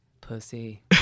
Pussy